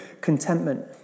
contentment